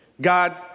God